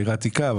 בעיר העתיקה.